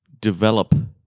develop